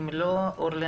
היא לא הייתה ברשימה.